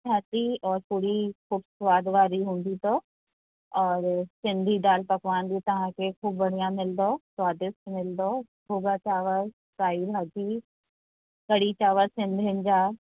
असांजी पूरी सवादु वारी हूंदी अथव और सिंधी दालि पकवान बि तव्हांखे ख़ूबु बढ़िया मिलियो स्वादिष्ट मिलंदव भुॻा चावरु साई भाॼी कढ़ी चावरु सिंधियुनि जा